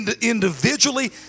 individually